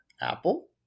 Apple